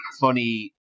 funny